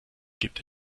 gibt